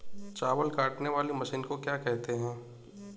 चावल काटने वाली मशीन को क्या कहते हैं?